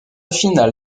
finale